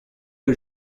que